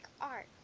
art